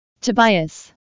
tobias